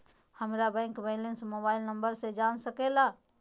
हमारा bank balance mobile number से जान सके ला?